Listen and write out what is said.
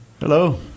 Hello